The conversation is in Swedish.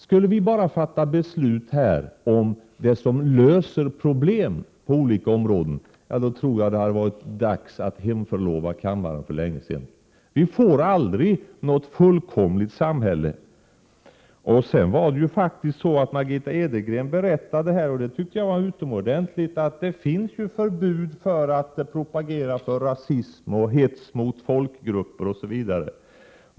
Skulle vi bara fatta beslut om det som löser problem på olika områden, tror jag att det hade varit dags att hemförlova ledamöterna för länge sedan. Vi får aldrig något fullkomligt samhälle. Margitta Edgren berättade vidare, vilket jag tycker var utomordentligt bra, att det finns förbud för att propagera för rasism och hets mot folkgrupper osv.